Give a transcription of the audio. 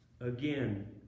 again